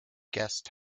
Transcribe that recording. guest